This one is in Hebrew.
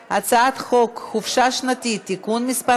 ההצעה להעביר את הצעת חוק חופשה שנתית (תיקון מס'